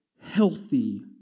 healthy